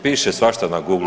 Piše svašta na Googlu.